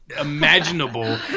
imaginable